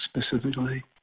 specifically